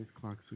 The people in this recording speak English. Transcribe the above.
clocks